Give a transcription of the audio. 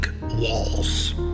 walls